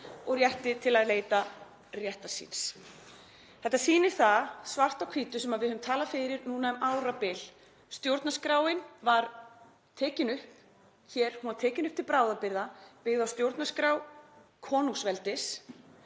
og rétti til að leita réttar síns. Þetta sýnir það svart á hvítu sem við höfum talað fyrir núna um árabil; stjórnarskráin var tekin upp hér, hún var tekin upp til bráðabirgða, byggð á stjórnarskrá konungsveldis.